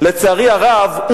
לצערי הרב,